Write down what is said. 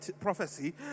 prophecy